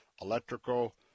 electrical